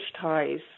ties